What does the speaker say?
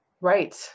Right